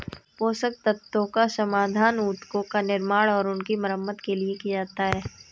पोषक तत्वों का समाधान उत्तकों का निर्माण और उनकी मरम्मत के लिए किया जाता है